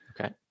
Okay